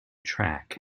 track